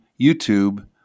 YouTube